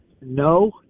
no